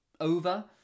over